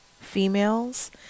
Females